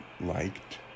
liked